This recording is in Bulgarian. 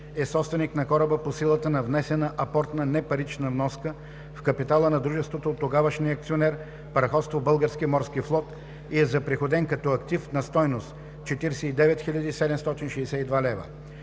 е собственик на кораба по силата на внесена апортна непарична вноска в капитала на дружеството от тогавашния акционер Параходство „Български морски флот“ и е заприходен като актив със стойност 49 762 лв.